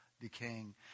decaying